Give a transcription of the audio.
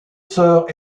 sœurs